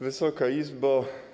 Wysoka Izbo!